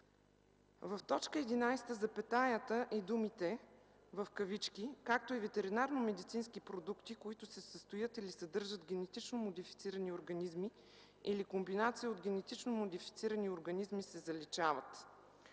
В т. 11 запетаята и думите „както и ветеринарномедицински продукти, които се състоят или съдържат генетично модифицирани организми, или комбинация от генетично модифицирани организми” се заличават.